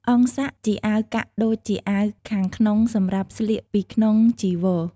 អង្ស័ក ជាអាវកាក់ដូចជាអាវខាងក្នងសម្រាប់ស្លៀកពីក្នុងចីវរ។